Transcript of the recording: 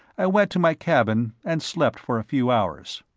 i went to my cabin and slept for a few hours.